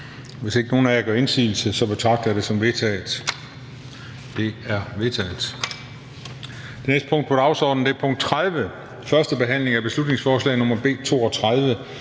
Hvis ikke nogen af jer gør indsigelse, betragter jeg det som vedtaget. Det er vedtaget. --- Det næste punkt på dagsordenen er: 30) 1. behandling af beslutningsforslag nr. B 32: